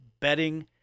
betting